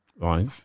Right